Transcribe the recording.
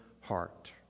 heart